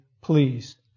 please